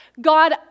god